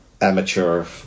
amateur